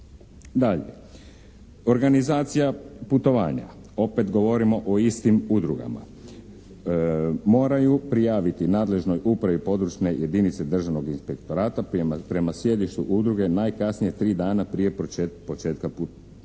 Dalje, organizacija putovanja, opet govorimo o istim udrugama, moraju prijaviti nadležnoj upravi područne jedinice Državnog inspektorata prema sjedištu udruge najkasnije tri dana prije početka putovanja.